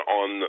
on